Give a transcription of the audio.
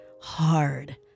hard